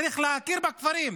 צריך להכיר בכפרים.